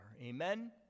Amen